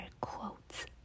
quotes